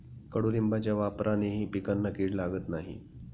कडुलिंबाच्या वापरानेही पिकांना कीड लागत नाही